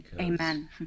Amen